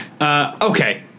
okay